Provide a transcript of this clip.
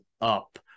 up